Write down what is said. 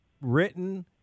written